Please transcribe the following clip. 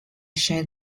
shall